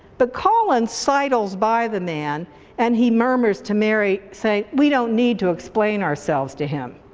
but colin sidles by the man and he murmurs to mary, saying we don't need to explain ourselves to him.